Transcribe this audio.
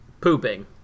Pooping